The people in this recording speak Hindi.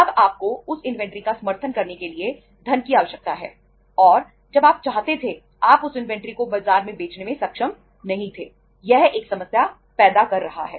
अब आपको उस इन्वेंट्री का समर्थन करने के लिए धन की आवश्यकता है और जब आप चाहते हैं तब आप उस इन्वेंट्री को बाजार में बेचने में सक्षम नहीं हैं यह एक समस्या पैदा कर रहा है